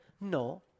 No